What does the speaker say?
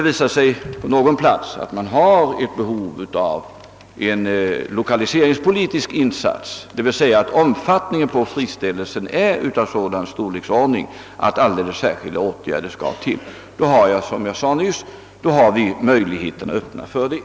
Om det på någon plats föreligger behov av en lokaliseringspolitisk insats — alltså om friställelsen av arbetskraft är av sådan storleksordning att alldeles speciella åtgärder måste till — har vi som jag sade nyss möjligheter öppna för det.